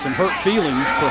hurt feelings.